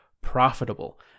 profitable